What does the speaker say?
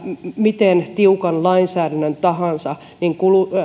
miten tiukan lainsäädännön tahansa niin